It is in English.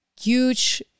huge